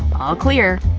all clear.